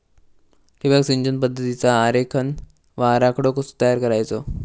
ठिबक सिंचन पद्धतीचा आरेखन व आराखडो कसो तयार करायचो?